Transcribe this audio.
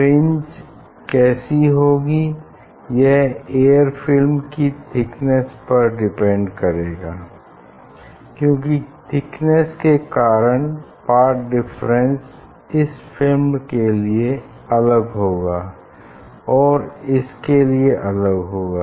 fringe कैसी होगी यह एयर फिल्म की थिकनेस पर डिपेंड करेगा क्यूंकि थिकनेस के कारण पाथ डिफरेंस इस फिल्म के लिए अलग होगा और इसके लिए अलग होगा